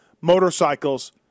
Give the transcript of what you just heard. motorcycles